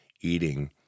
eating